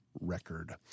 record